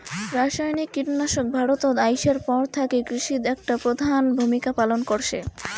রাসায়নিক কীটনাশক ভারতত আইসার পর থাকি কৃষিত একটা প্রধান ভূমিকা পালন করসে